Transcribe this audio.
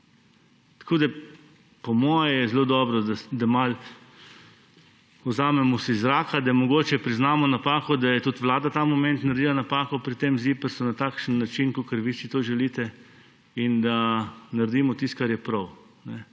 imeli? Po mojem je zelo dobro, da malo zajamemo zrak, da mogoče priznamo napako, da je tudi vlada ta moment naredila napako pri tem ZIPRS na takšen način, kakor si vi to želite, in da naredimo tisto, kar je prav.